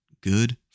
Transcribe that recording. good